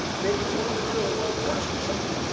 maybe you don't want to do an elon musk or something.